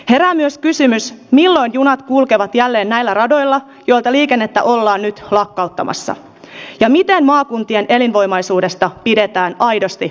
herää myös kysymys milloin junat kulkevat jälleen näillä radoilla joilta liikennettä ollaan nyt lakkauttamassa ja miten maakuntien elinvoimaisuudesta pidetään aidosti huolta